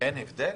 אין הבדל